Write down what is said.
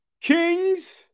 Kings